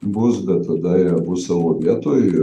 bus bet tada jie bus savo vietoj